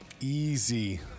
easy